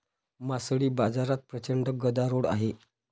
मासळी बाजारात प्रचंड गदारोळ आहे